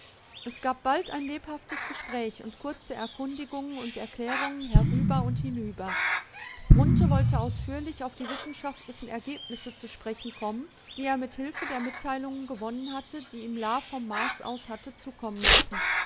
es gab bald ein lebhaftes gespräch und kurze erkundigungen und erklärungen herüber und hinüber grunthe wollte ausführlich auf die wissenschaftlichen ergebnisse zu sprechen kommen die er mit hilfe der mitteilungen gewonnen hatte die ihm la vom mars aus hatte zukommen lassen